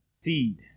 seed